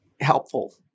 helpful